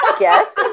Yes